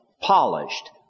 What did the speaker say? polished